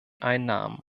einnahmen